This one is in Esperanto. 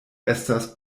estas